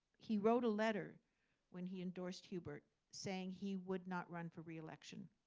he wrote a letter when he endorsed hubert saying he would not run for re-election,